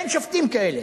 אין שופטים כאלה.